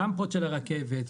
לרמפות של הרכבת,